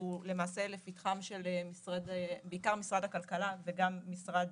הוא לפתחם של בעיקר משרד הכלכלה וגם משרד